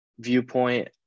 viewpoint